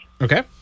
Okay